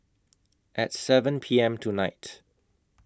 At seven P M tonight